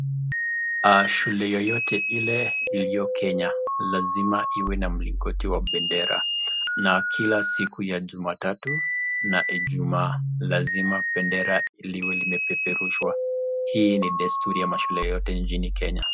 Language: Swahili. Shule yeyote ile iliyo kenya lazima iwe na mlingoti wa bendera na kila siku ya Juma tatu na ijumaa lazima bendera liwe limepeperushwa. Hii ni desturi ya mashule yote nchini kenya.